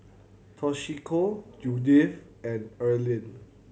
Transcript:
Toshiko Judyth and Erlene